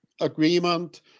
agreement